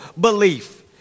belief